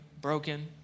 broken